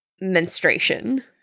menstruation